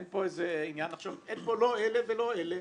אין פה איזה עניין אין פה לא אלה ולא אלה